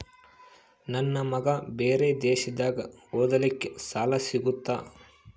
ನನ್ನ ಮಗ ಬೇರೆ ದೇಶದಾಗ ಓದಲಿಕ್ಕೆ ಸಾಲ ಸಿಗುತ್ತಾ?